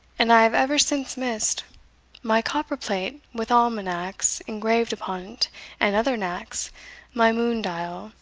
and i have ever since missed my copperplate, with almanacks engraved upon't and other knacks my moon-dial,